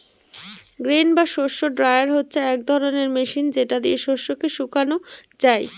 grain বা শস্য dryer হচ্ছে এক রকমের মেশিন যেটা দিয়ে শস্যকে শুকানো যায়